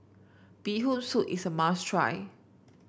Bee Hoon Soup is a must try